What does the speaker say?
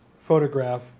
photograph